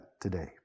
today